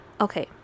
okay